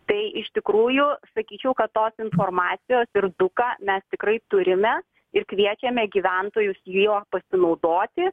tai iš tikrųjų sakyčiau kad tos informacijos ir duką mes tikrai turime ir kviečiame gyventojus juo pasinaudoti